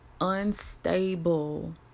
unstable